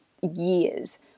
years